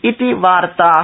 इति वार्ता